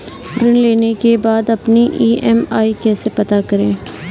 ऋण लेने के बाद अपनी ई.एम.आई कैसे पता करें?